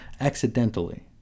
Accidentally